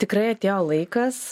tikrai atėjo laikas